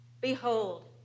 Behold